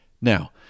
Now